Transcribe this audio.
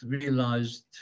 realized